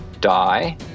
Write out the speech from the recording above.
die